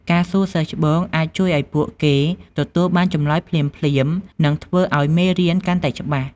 ការសួរសិស្សច្បងអាចជួយឲ្យពួកគេទទួលបានចម្លើយភ្លាមៗ និងធ្វើឲ្យមេរៀនកាន់តែច្បាស់។